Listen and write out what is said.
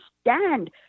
stand